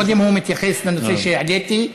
קודם הוא מתייחס לנושא שהעליתי,